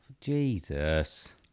Jesus